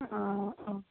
ആ അ